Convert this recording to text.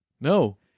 No